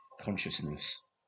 consciousness